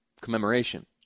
commemoration